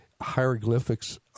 hieroglyphics